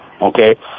okay